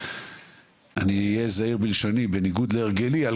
אני אהיה זהיר בלשוני בניגוד להרגלי על